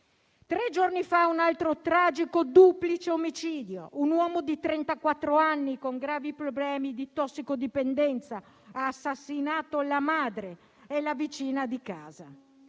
Tre giorni fa un altro tragico duplice omicidio: un uomo di trentaquattro anni, con gravi problemi di tossicodipendenza, ha assassinato la madre e la vicina di casa.